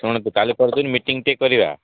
ଶୁଣନ୍ତୁ କାଲି ପରଦିନ ମିଟିଙ୍ଗିଟେ କରିବା